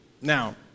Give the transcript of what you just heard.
Now